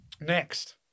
Next